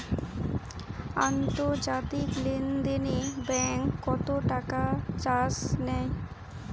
আন্তর্জাতিক লেনদেনে ব্যাংক কত টাকা চার্জ নেয়?